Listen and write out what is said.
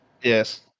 Yes